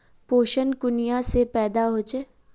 पोषण कुनियाँ से पैदा होचे?